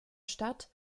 stadt